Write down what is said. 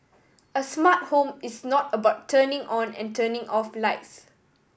a smart home is not about turning on and turning off lights